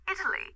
Italy